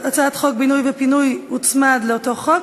הצעת חוק בינוי ופינוי הוצמדה לאותו חוק,